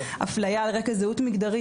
אפלייה על רקע זהות מגדרית.